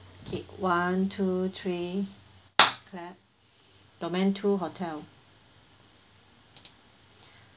okay one two three clap domain two hotel